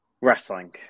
wrestling